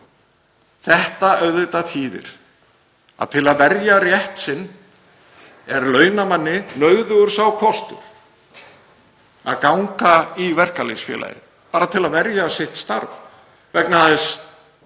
Þetta þýðir auðvitað að til að verja rétt sinn er launamanni nauðugur sá kostur að ganga í verkalýðsfélagið, bara til að verja sitt starf, vegna þess